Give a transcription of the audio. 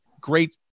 great